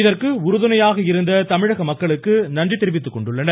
இதற்கு உறுதுணையாக இருந்த தமிழக மக்களுக்கு நன்றி தெரிவித்துக் கொண்டுள்ளனர்